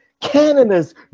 Canada's